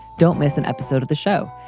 don't miss an episode of the show.